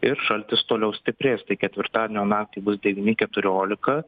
ir šaltis toliau stiprės tai ketvirtadienio naktį bus devyni keturiolika